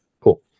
Cool